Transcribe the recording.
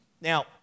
Now